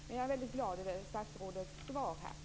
Jag är väldigt glad över statsrådets svar. Tack!